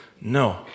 no